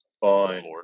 Fine